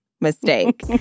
mistake